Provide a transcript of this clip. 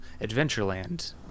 Adventureland